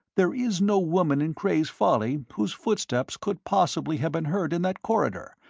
there is no woman in cray's folly whose footsteps could possibly have been heard in that corridor,